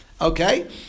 Okay